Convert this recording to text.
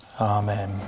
amen